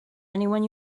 anyone